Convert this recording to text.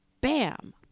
bam